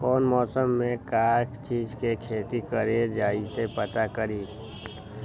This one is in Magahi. कौन मौसम में का चीज़ के खेती करी कईसे पता करी?